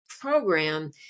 program